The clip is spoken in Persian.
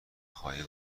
خواهی